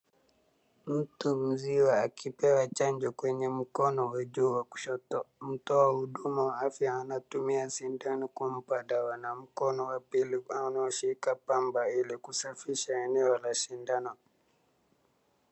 Mtu mzima akipewa chanjo kwenye mkono wa juu wa kushoto. Mtoa huduma wa afya anatumia sindano kumpa dawa na mkono wa pili unaoshika pamba ili kusafisha eneo la sindano.